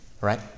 Right